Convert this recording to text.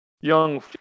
young